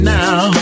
now